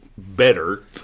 Better